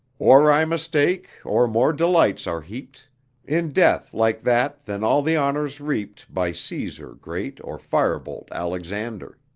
or i mistake, or more delights are heaped in death like that than all the honors reaped by caesar great or firebolt alexander.